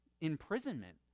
imprisonment